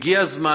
הגיע הזמן.